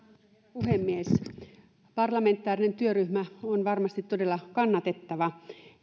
puhemies parlamentaarinen työryhmä on varmasti todella kannatettava